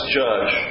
judge